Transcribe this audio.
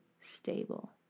stable